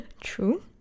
True